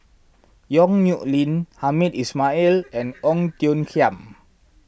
Yong Nyuk Lin Hamed Ismail and Ong Tiong Khiam